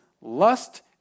lust